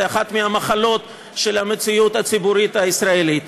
זאת אחת מהמחלות של המציאות הציבורית הישראלית.